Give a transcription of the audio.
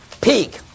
peak